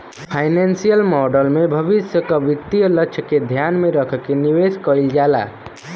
financial model में भविष्य क वित्तीय लक्ष्य के ध्यान में रखके निवेश कइल जाला